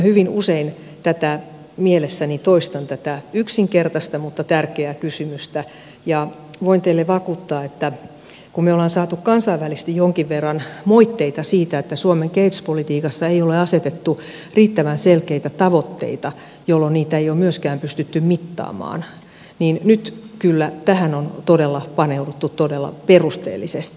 hyvin usein mielessäni toistan tätä yksinkertaista mutta tärkeää kysymystä ja voin teille vakuuttaa että kun olemme saaneet kansainvälisesti jonkin verran moitteita siitä että suomen kehityspolitiikassa ei ole asetettu riittävän selkeitä tavoitteita jolloin niitä ei ole myöskään pystytty mittaamaan niin nyt tähän on kyllä paneuduttu todella perusteellisesti